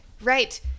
right